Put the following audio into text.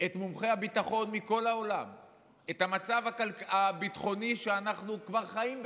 את מומחי הביטחון מכל העולם על המצב הביטחוני שאנחנו כבר חיים בתוכו,